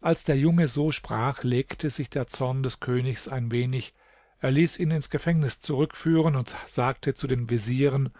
als der junge so sprach legte sich der zorn des königs ein wenig er ließ ihn ins gefängnis zurückführen und sagte zu den vezieren